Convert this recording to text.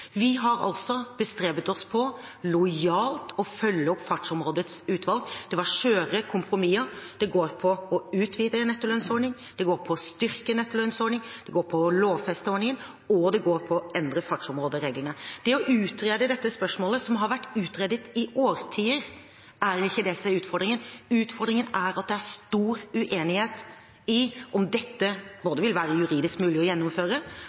Vi har altså bestrebet oss på lojalt å følge opp Fartsområdeutvalgets innstilling. Det var skjøre kompromisser. Det går på å utvide nettolønnsordningen, det går på å styrke nettolønnsordningen, det går på å lovfeste nettolønnsordningen, og det går på å endre fartsområdereglene. Det å utrede dette spørsmålet, som har vært utredet i årtier, er ikke det som er utfordringen. Utfordringen er at det er stor uenighet om dette,